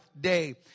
day